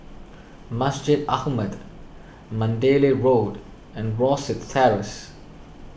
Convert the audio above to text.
Masjid Ahmad Mandalay Road and Rosyth Terrace